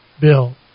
bill